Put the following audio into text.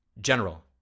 General